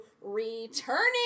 returning